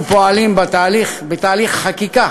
אנחנו פועלים בתהליך חקיקה